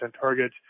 target